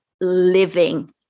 living